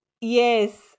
Yes